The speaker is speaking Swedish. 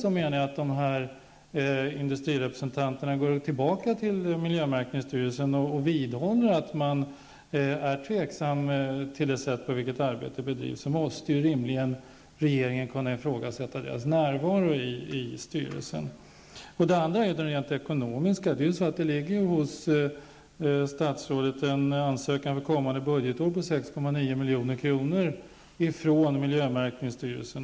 Om industrirepresentanterna går tillbaka till miljömärkningsstyrelsen och vidhåller att de är tveksamma till det sätt på vilket arbetet bedrivs, måste regeringen rimligen kunna ifrågasätta deras närvaro i styrelsen. Ett problem är också det rent ekonomiska. Hos statsrådet ligger en ansökan från miljömärkningsstyrelsen och SIS för kommande budgetår på 6,9 milj.kr.